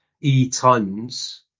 e-tons